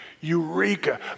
Eureka